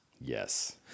yes